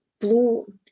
blue